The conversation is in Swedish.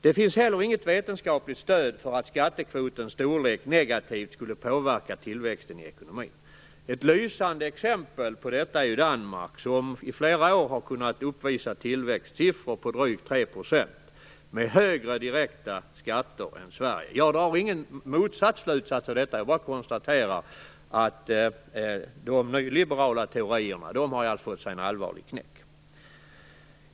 Det finns heller inget vetenskapligt stöd för att skattekvotens storlek negativt skulle påverka tillväxten i ekonomin. Ett lysande exempel på detta är Danmark som i flera år har kunnat uppvisa tillväxtsiffror på drygt 3 % med högre direkta skatter än Sverige. Jag drar ingen motsatt slutsats av detta. Jag konstaterar bara att de nyliberala teorierna har fått sig en allvarlig knäck.